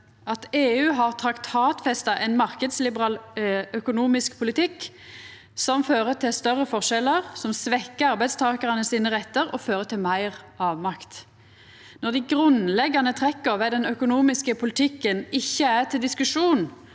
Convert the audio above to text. at EU har traktatfesta ein marknadsliberal økonomisk politikk som fører til større forskjellar, som svekkjer arbeidstakarane sine rettar, og som fører til meir avmakt. Når dei grunnleggjande trekka ved den økonomiske politikken ikkje er til diskusjon,